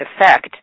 effect